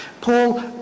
Paul